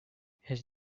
his